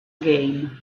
game